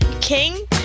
King